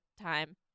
time